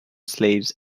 slaves